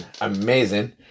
amazing